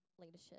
leadership